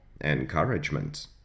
encouragement